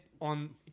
on